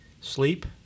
sleep